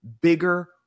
bigger